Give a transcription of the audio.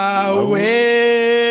away